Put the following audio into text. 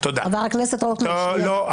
חבר הכנסת רוטמן -- עכשיו לא.